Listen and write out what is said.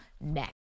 next